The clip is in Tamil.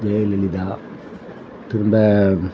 ஜெயலலிதா திரும்ப